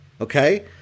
okay